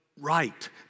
right